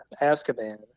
Azkaban